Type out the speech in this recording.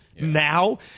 Now